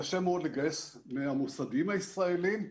קשה מאוד לגייס מהמוסדיים הישראליים.